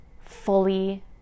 fully